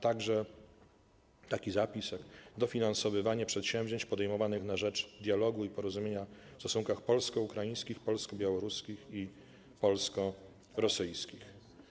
Pojawił się także zapis dotyczący dofinansowywania przedsięwzięć podejmowanych na rzecz dialogu i porozumienia w stosunkach polsko-ukraińskich, polsko-białoruskich i polsko-rosyjskich.